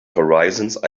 horizons